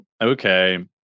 okay